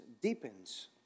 deepens